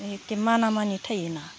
एखे माना मानि थायोना